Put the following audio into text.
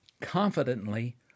confidently